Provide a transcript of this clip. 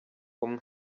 umwe